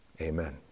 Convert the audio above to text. amen